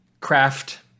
craft